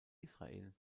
israel